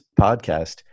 podcast